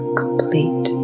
complete